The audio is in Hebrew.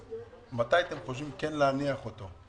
מתי אתם חושבים להניח את תקציב 2021?